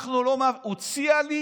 הוציאה לי